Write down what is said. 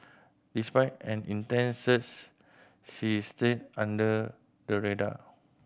despite an intense search she stayed under the radar